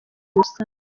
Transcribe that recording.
gusa